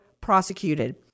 prosecuted